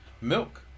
milk